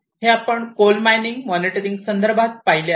हे आपण coal mining monitoring संदर्भात पाहिले आहे